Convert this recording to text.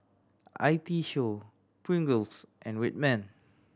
I T Show Pringles and Red Man